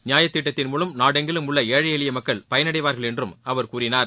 நியாயத் திட்டத்தின் மூவம் நாடெங்கிலும் உள்ள ஏழை எளிய மக்கள் பயனடைவார்கள் என்றும் அவர் கூறினார்